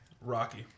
Rocky